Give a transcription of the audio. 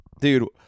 Dude